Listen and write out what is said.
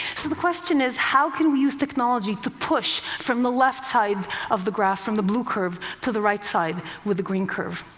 so the question is, how can we use technology to push from the left side of the graph, from the blue curve, to the right side with the green curve?